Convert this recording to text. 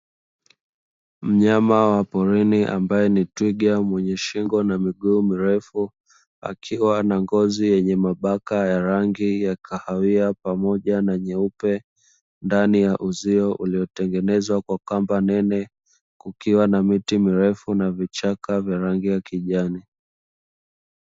Mnyama wa porini ambaye ni twiga mwenye shingo na miguu mirefu akiwa na ngozi yenye mabaka ya rangi ya kahawia pamoja na nyeupe ndani ya uzio, uliotengenezwa kwa kamba nene kukiwa na miti mirefu na vichaka virangi ya kijani.